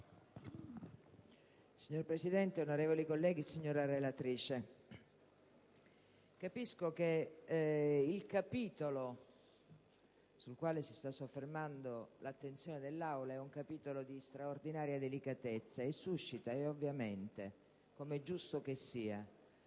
Signora Presidente, onorevoli colleghi, signora relatrice, capisco che il capitolo sul quale si sta soffermando l'attenzione dell'Aula è di straordinaria delicatezza e suscita, com'è ovviamente giusto che sia,